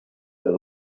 del